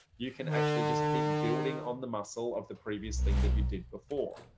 you can actually just keep building on the muscle of the previous thing that you did before.